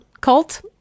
cult